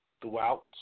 throughout